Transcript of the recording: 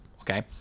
okay